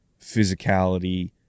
physicality